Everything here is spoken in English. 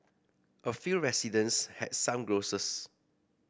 a few residents had some grouses